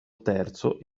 terzo